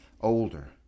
older